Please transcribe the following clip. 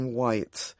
White